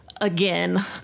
again